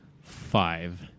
five